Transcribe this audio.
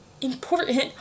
important